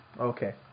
Okay